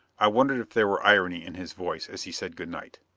i wondered if there were irony in his voice as he said good night.